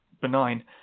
benign